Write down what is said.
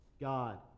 God